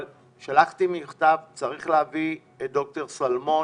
אבל שלחתי מכתב, צריך להביא את ד"ר שלמון